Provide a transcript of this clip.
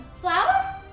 Flour